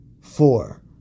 four